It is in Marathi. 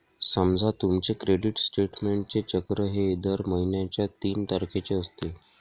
समजा तुमचे क्रेडिट स्टेटमेंटचे चक्र हे दर महिन्याच्या तीन तारखेचे असते